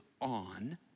on